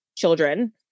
Children